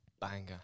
banger